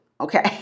Okay